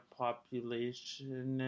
population